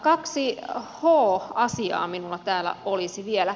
kaksi h asiaa minulla täällä olisi vielä